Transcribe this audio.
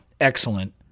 excellent